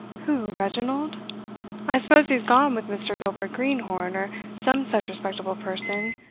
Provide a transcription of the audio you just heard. who, reginald i suppose he's gone with mr. gilbert greenhorn, or some such respectable person,